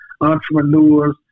entrepreneurs